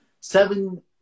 seven